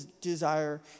desire